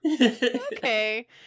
Okay